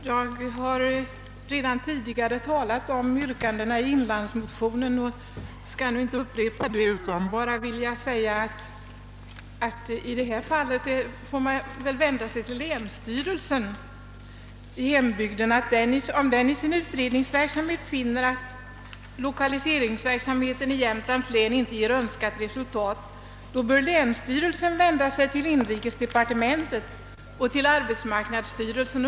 Herr talman! Jag har redan tidigare talat om yrkandena i inlandsmotionen och skall inte göra någon upprepning. Jag skulle bara vilja säga att i detta fall får man vända sig till länsstyrelsen i hembygden. Om den i sin utredningsverksamhet finner att lokaliseringsverksamheten it.ex. Jämtlands län inte ger önskat resultat, bör länsstyrelsen vända sig till inrikesdepartementet och till arbetsmarknadsstyrelsen.